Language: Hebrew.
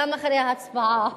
גם אחרי ההצבעה,